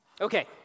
Okay